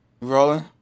Rolling